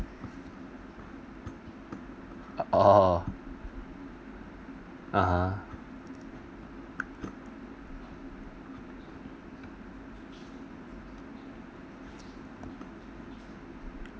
oh (uh huh)